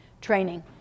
Training